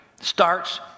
starts